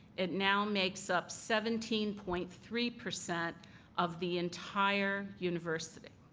it now makes up seventeen point three percent of the entire university.